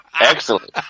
Excellent